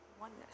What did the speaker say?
oneness